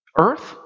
earth